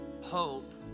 Hope